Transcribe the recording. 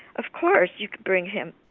of course you can bring him.